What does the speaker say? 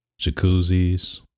Jacuzzis